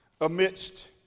amidst